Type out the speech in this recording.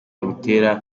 butera